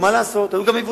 מה לעשות, היו גם עיוותים.